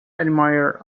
admirer